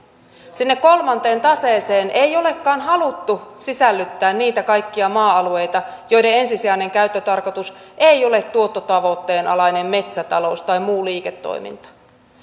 sinne kolmanteen taseeseen ei olekaan haluttu sisällyttää niitä kaikkia maa alueita joiden ensisijainen käyttötarkoitus ei ole tuottotavoitteen alainen metsätalous tai muu liiketoiminta